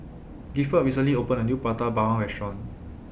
Gifford recently opened A New Prata Bawang Restaurant